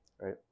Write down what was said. right